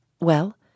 Well